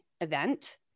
event